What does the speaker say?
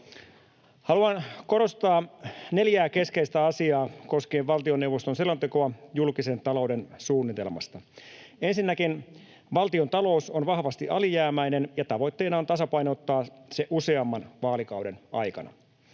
Haluan korostaa neljää keskeistä asiaa koskien valtioneuvoston selontekoa julkisen talouden suunnitelmasta: Ensinnäkin, valtiontalous on vahvasti alijäämäinen, ja tavoitteena on tasapainottaa se useamman vaalikauden aikana.